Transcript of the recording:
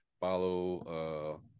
follow